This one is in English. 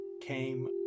came